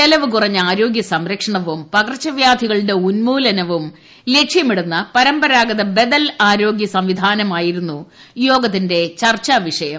ചെലവ് കുറഞ്ഞ ആരോഗ്യ സംരക്ഷണവും പകർച്ചവ്യാധികളുടെ ഉൻമൂലനവും ലക്ഷ്യമിടുന്ന പരമ്പരാഗത ബദൽ ആരോഗ്യ സംവിധാനമായിരുന്നു യോഗത്തിന്റെ ചർച്ചാവിഷയം